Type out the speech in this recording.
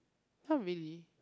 not really